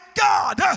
God